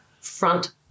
front